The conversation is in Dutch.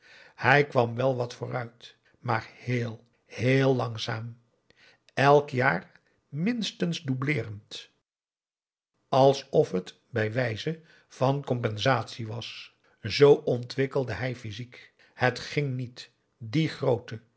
hij kwam wel wat vooruit maar heel heel langzaam elk jaar minstens doubleerend alsof het bij wijze van compensatie was zoo ontwikkelde hij physiek het ging niet dien grooten